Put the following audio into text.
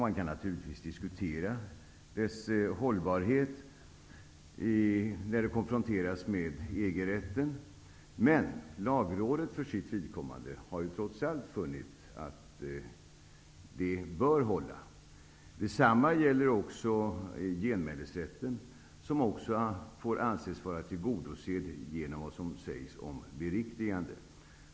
Man kan naturligtvis diskutera dess hållbarhet när det konfronteras med EG-rätten. Men Lagrådet har för sitt vidkommande trots allt funnit att det bör hålla. Detsamma gäller genmälesrätten, som också får anses var tillgodosedd genom vad som sägs om beriktigande.